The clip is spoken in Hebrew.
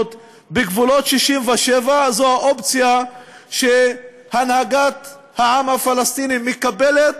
בגבולות 67'; זו האופציה שהנהגת העם הפלסטיני מקבלת,